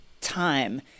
time